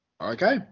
Okay